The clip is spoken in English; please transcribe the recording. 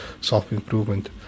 self-improvement